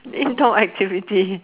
indoor activity